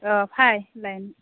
अ फाय लायनो